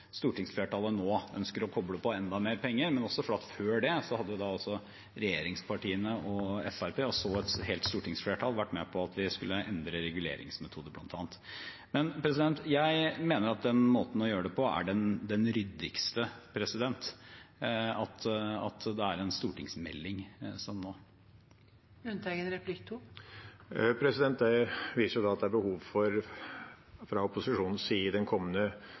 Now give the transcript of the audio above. stortingsflertallet nå ønsker å koble på enda mer penger, og fordi regjeringspartiene og Fremskrittspartiet og så et helt stortingsflertall før det var med på at vi skulle endre reguleringsmetode bl.a. Jeg mener at den måten vi gjør det på nå, med en stortingsmelding, er den mest ryddige. Det viser jo at det fra opposisjonens side i den kommende sesjonen er behov for